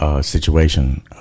Situation